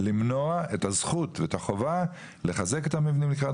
למנוע את הזכות ואת החובה לחזק את המבנים לקראת